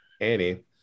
Annie